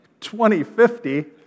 2050